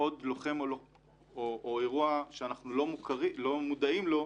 עוד לוחם או אירוע שאנחנו לא מודעים לו,